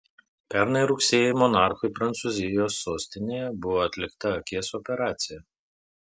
pernai rugsėjį monarchui prancūzijos sostinėje buvo atlikta akies operacija